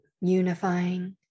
unifying